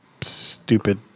stupid